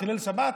הוא חילל שבת.